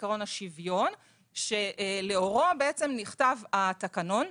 עיקרון השוויון שלאורו נכתב התקנון.